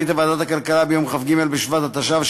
החליטה ועדת הכלכלה ביום כ"ג בשבט התשע"ו,